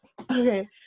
okay